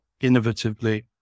innovatively